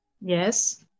Yes